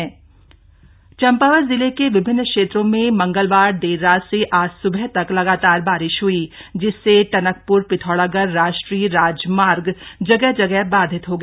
बारिश चंपावत चंपावत जिले के विभिन्न क्षेत्रों में मंगलवार देर रात से आज सुबह तक लगातार बारिश हुई जिससे टनकप्र पिथौरागढ़ राष्ट्रीय राजमार्ग जगह जगह बाधित हो गया